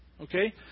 Okay